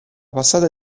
passata